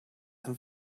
and